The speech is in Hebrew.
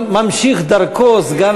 ממשיך דרכו, סגן